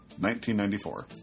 1994